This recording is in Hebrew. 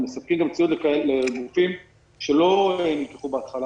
אנחנו מספקים ציוד לרופאים שלא נלקחו בהתחלה